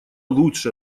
лучше